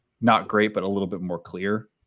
not-great-but-a-little-bit-more-clear